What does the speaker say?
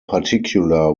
particular